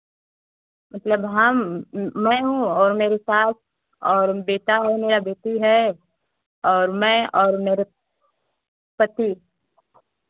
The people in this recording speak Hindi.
मतलब हम मैं हूँ और मेरी सास और बेटा है मेरा बेटी है और मैं और मेरे पति